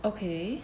okay